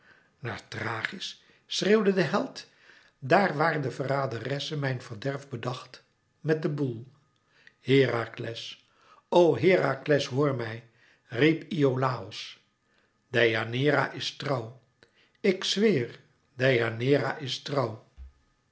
naar thrachis schreeuwde de held daar waar de verraderesse mijn verderf bedacht met den boel herakles o herakles hor mij riep iolàos deianeira is trouw ik zweer deianeira is trouw